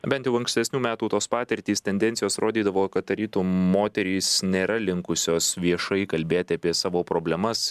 bent jau ankstesnių metų tos patirtys tendencijos rodydavo kad tarytum moterys nėra linkusios viešai kalbėti apie savo problemas